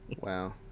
Wow